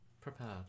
Prepared